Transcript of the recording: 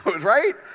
right